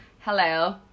hello